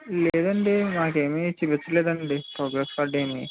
లేదండి మాకు ఏమి చూపించలేదండి ప్రోగ్రస్ కార్డు ఏమి